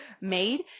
made